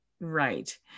Right